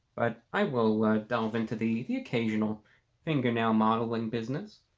but i will delve into the the occasional fingernail modeling business